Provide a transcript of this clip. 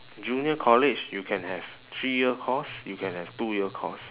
junior college you can have three year course you can have two year course